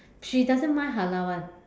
she doesn't mind halal [one]